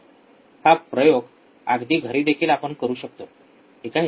हा प्रयोग अगदी घरी देखील आपण करू शकतो ठीक आहे